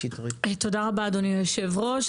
אדוני היושב-ראש,